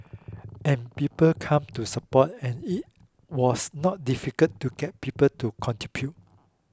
and people came to support and it was not difficult to get people to contribute